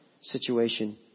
situation